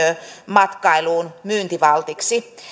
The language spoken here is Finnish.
matkailuun myyntivaltiksi